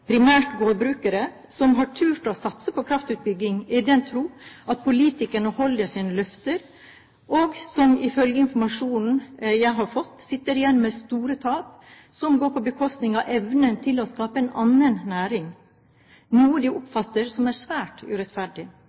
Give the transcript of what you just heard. primært gårdbrukere – som har turt å satse på kraftutbygging i den tro at politikerne holder sine løfter, og som ifølge informasjonen jeg har fått, sitter igjen med store tap som går på bekostning av evnen til å skape en annen næring, noe de oppfatter som svært urettferdig.